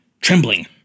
trembling